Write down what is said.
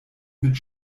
mit